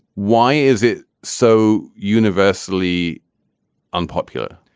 why is it so universally unpopular?